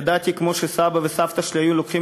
ידעתי שכמו שסבא וסבתא שלי היו לוקחים